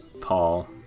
Paul